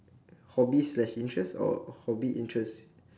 hobbies slash interests or hobby interests